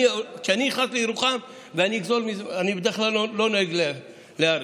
אני בדרך כלל לא נוהג להאריך,